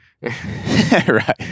Right